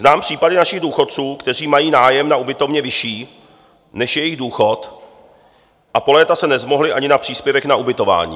Znám případy našich důchodců, kteří mají nájem na ubytovně vyšší, než je jejich důchod, a po léta se nezmohli ani na příspěvek na ubytování.